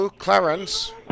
Clarence